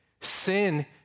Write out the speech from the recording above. Sin